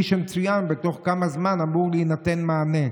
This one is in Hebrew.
שמצוין בתוך כמה זמן אמור להינתן מענה,